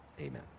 amen